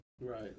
Right